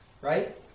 right